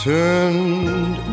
Turned